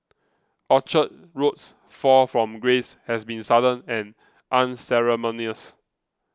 Orchard Road's fall from grace has been sudden and unceremonious